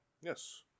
Yes